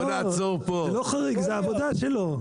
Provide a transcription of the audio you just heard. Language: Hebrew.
זה לא חריג, זו העבודה שלו.